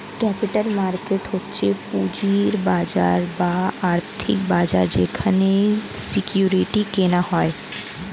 capital market হচ্ছে পুঁজির বাজার বা আর্থিক বাজার যেখানে সিকিউরিটি কেনা হয়